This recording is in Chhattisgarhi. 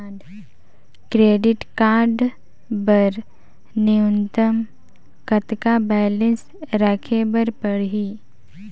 क्रेडिट कारड बर न्यूनतम कतका बैलेंस राखे बर पड़ही?